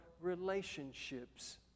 relationships